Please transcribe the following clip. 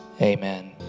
amen